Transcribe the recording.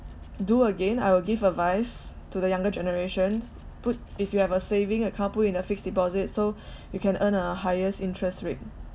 do again I will give advice to the younger generation put if you have a saving account put in a fixed deposit so you can earn a highest interest rate